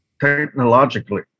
technologically